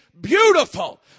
beautiful